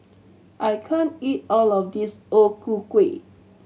I can't eat all of this O Ku Kueh